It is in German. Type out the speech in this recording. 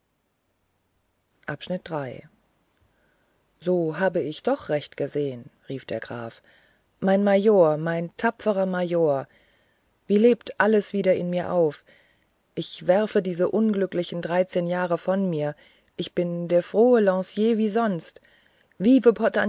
so habe ich doch recht gesehen rief der graf mein major mein tapferer major wie lebt alles wieder in mir auf ich werfe diese unglücklichen dreizehn jahre von mir ich bin der frohe lancier wie sonst